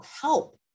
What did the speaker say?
help